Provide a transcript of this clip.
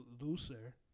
looser